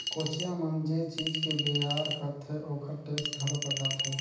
कोचिया मन जे चीज के बेयार करथे ओखर टेक्स घलो पटाथे